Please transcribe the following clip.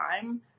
time